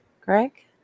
Greg